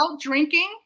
drinking